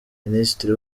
minisitiri